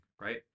right